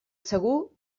segur